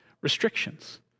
restrictions